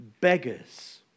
beggars